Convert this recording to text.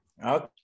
Okay